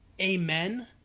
Amen